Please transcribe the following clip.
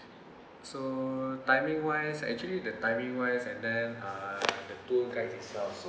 so timing vice actually the timing vice and then uh the tour guide itself